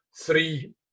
three